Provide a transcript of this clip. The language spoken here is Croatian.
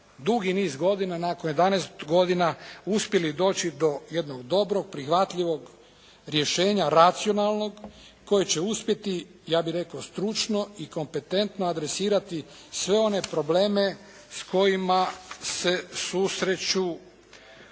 dugog niza godina, nakon jedanaest godina uspjeli doći do jednog dobrog prihvatljivog rješenja racionalnog koje će uspjeti ja bih rekao stručno i kompetentno adresirati sve one probleme s kojima se susrećemo